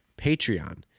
Patreon